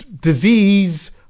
disease